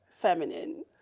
feminine